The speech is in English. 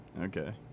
Okay